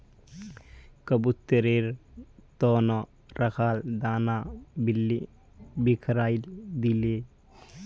कबूतरेर त न रखाल दाना बिल्ली बिखरइ दिले